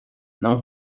não